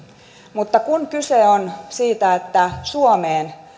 mutta kun kyse on siitä että suomeen